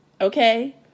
okay